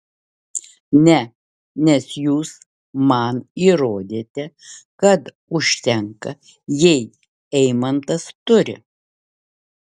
ne nes jūs man įrodėte kad užtenka jei eimantas turi